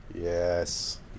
Yes